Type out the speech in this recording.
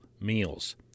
meals